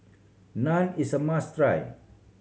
naan is a must try